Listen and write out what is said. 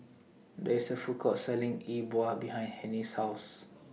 There IS A Food Court Selling E Bua behind Hennie's House